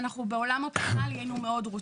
שאנחנו בעולם אופטימאלי היינו מאוד רוצים.